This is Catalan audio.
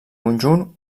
conjunt